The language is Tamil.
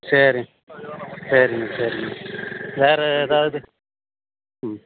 சரி சரிங்க சரிங்க வேறு எதாவது ம்